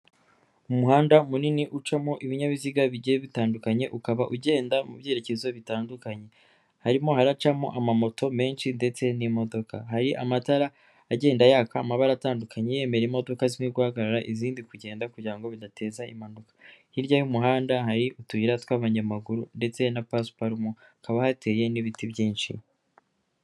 Umuhanda munini ucamo ibinyabiziga bigiye bitandukanye ukaba ugenda mu byerekezo bitandukanye. Harimo haracamo amamoto menshi ndetse n'imodoka, hari amatara agenda yaka amabara atandukanye yemerera imodoka zimwe guhagarara izindi kugenda, kugira ngo bidateza impanuka. Hirya y'umuhanda hari utuyira tw'abanyamaguru ndetse na pasiparumu hakaba hateye n'ibiti byinshi.